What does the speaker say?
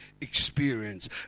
experience